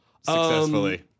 successfully